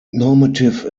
normative